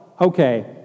okay